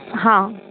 हाँ